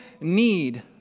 need